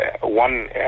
one